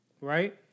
Right